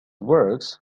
works